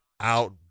out